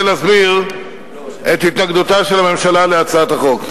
להסביר את התנגדותה של הממשלה להצעת החוק.